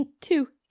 Two